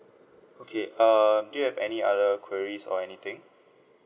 okay err do you have any other queries or anything